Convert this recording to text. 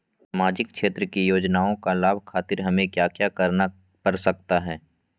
सामाजिक क्षेत्र की योजनाओं का लाभ खातिर हमें क्या क्या करना पड़ सकता है?